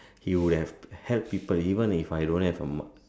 he would have helped people even if I don't have a mark